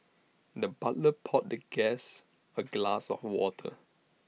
the butler poured the guest A glass of water